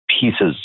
pieces